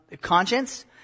conscience